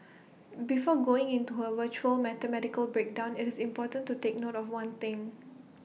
before going into her virtuoso mathematical breakdown IT is important to take note of one thing